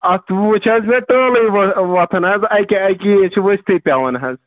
اتھ وٕچھ حظ مےٚ ٹٲلٕے وۄتھان حظ اَکہِ اَکہِ یے چھِ ؤستی پیوان حظ